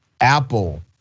Apple